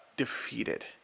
defeated